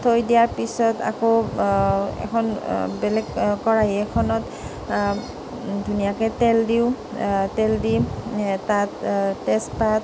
থৈ দিয়াৰ পিছত আকৌ এখন বেলেগ কৰাহী কেৰাহী এখনত ধুনীয়াকৈ তেল দিওঁ তেল দিম তাত তেজপাত